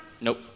Nope